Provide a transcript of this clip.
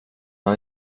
han